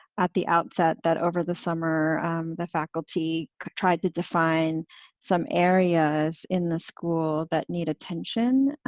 at the outset that over the summer the faculty tried to define some areas in the school that need attention.